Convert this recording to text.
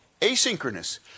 asynchronous